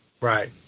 Right